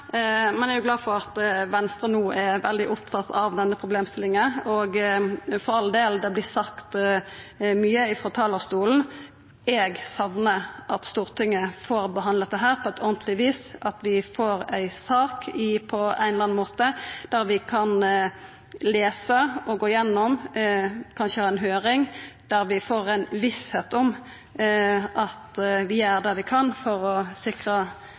men eg er glad for at Venstre no er veldig opptatt av denne problemstillinga – for all del, det vert sagt mykje frå talarstolen. Eg saknar at Stortinget får behandla dette på ordentleg vis, at vi på ein eller annan måte får ei sak vi kan lesa og gå gjennom, kanskje ha ei høyring, og få visse om at vi gjer det vi kan for å sikra